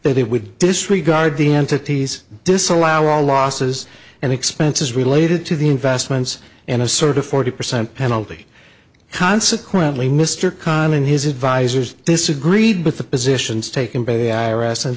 that it would disregard the entities disallow all losses and expenses related to the investments in a sort of forty percent penalty consequently mr khan and his advisors disagreed with the positions taken by the i r s and